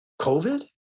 COVID